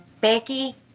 Becky